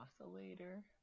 oscillator